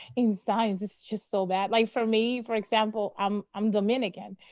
in science. it's just so bad. like for me, for example, i'm um dominican.